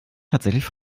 tatsächlich